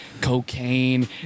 cocaine